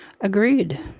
Agreed